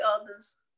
others